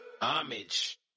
Homage